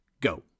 go